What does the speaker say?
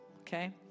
Okay